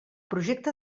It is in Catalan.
projecte